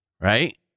right